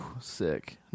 sick